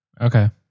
okay